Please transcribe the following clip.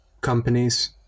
companies